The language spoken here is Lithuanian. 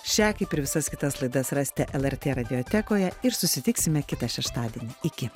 šią kaip ir visas kitas laidas rasite lrt radiotekoje ir susitiksime kitą šeštadienį iki